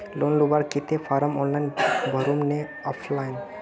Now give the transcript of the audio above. Loan लुबार केते form online भरुम ने ऑफलाइन?